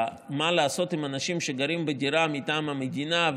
לעשות עם אנשים שגרים בדירה מטעם המדינה,